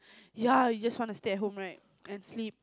ya you just want to stay at home right and sleep